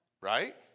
right